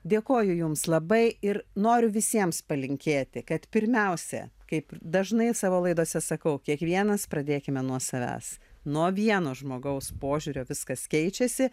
dėkoju jums labai ir noriu visiems palinkėti kad pirmiausia kaip dažnai savo laidose sakau kiekvienas pradėkime nuo savęs nuo vieno žmogaus požiūrio viskas keičiasi